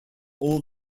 all